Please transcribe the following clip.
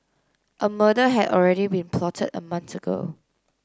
a murder had already been plotted a month ago